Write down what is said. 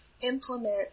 implement